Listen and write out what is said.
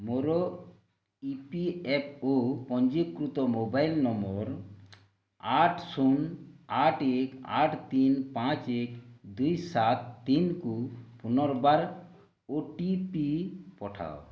ମୋର E P F ଓ ପଞ୍ଜୀକୃତ ମୋବାଇଲ୍ ନମ୍ବର୍ ଆଠ ଶୂନ ଆଠ ଏକ ଆଠ ତିନି ପାଞ୍ଚ ଏକ ଦୁଇ ସାତ ତିନିକୁ ପୁନର୍ବାର ଓ ଟି ପି ପଠାଅ